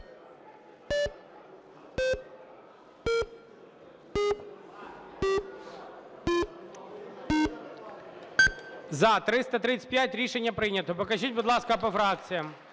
За-335 Рішення прийнято. Покажіть, будь ласка, по фракціям.